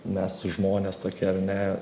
mes žmonės tokie ar ne